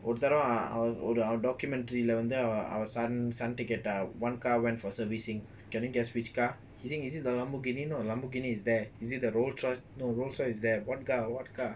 ஒருதடவைஅவன்ஒரு:oruthadava avan oru documentary lah வந்துஅவன்:vandhu avan one car went for servicing guess which car using is it the lamborghini lamborghini is there is it the rolls royce no rolls royce is there what car what car